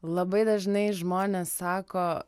labai dažnai žmonės sako